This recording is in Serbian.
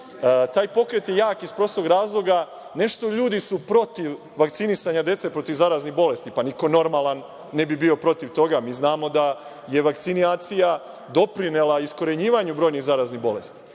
Taj pokret je jak iz prostog razloga ne što ljudi su protiv vakcinisanja dece protiv zaraznih bolesti, pa niko normalan ne bi bio protiv toga, znamo da je vakcinacija doprinela iskorenjivanju zaraznih bolesti,